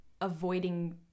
avoiding